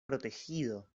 protegido